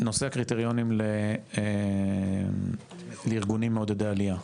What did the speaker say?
נושא הקריטריונים לארגונים מעודדי עלייה,